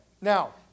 Now